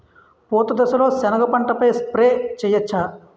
పూత దశలో సెనగ పంటపై స్ప్రే చేయచ్చా?